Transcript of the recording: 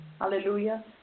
Hallelujah